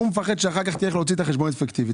בוא עכשיו תוציא את החשבונית לעסקה